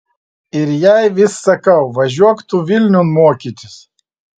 ir jai vis sakau važiuok tu vilniun mokytis